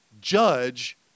judge